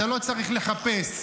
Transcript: ואתה לא צריך לחפש,